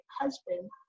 husband